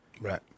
Right